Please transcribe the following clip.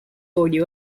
audio